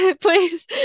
please